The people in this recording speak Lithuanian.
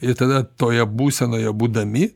ir tada toje būsenoje būdami